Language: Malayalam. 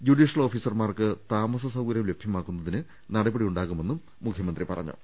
ജുഡീ ഷ്യൽ ഓഫീസർമാർക്ക് താമസസ്ൌകര്യം ലഭ്യമാക്കുന്നതിന് നടപ ടിയുണ്ടാകുമെന്നും മുഖ്യമന്ത്രി പറഞ്ഞു